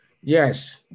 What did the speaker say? Yes